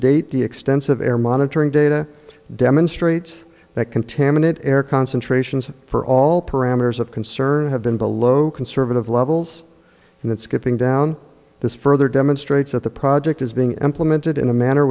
date the extensive air monitoring data demonstrates that contaminant air concentrations for all parameters of concern have been below conservative levels and that skipping down this further demonstrates that the project is being implemented in a manner